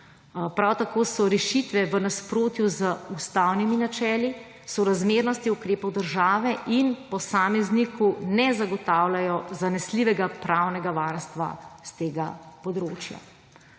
Prav tako so rešitve v nasprotju z ustavnimi načeli, sorazmernostjo ukrepov države in posamezniku ne zagotavljajo zanesljivega pravnega varstva s tega področja.